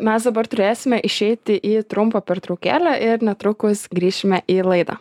mes dabar turėsime išeiti į trumpą pertraukėlę ir netrukus grįšime į laidą